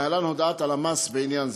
להלן הודעת הלמ"ס בעניין זה: